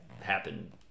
happen